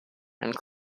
and